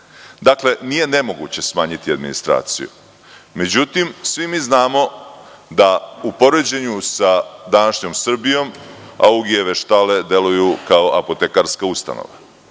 Nije nemoguće smanjiti administraciju. Međutim, svi mi znamo da u poređenju sa današnjom Srbijom Augijeve štale deluju kao apotekarska ustanova